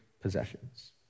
possessions